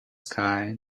sky